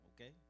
okay